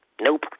Nope